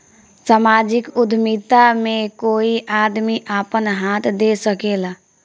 सामाजिक उद्यमिता में कोई आदमी आपन हाथ दे सकेला